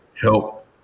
help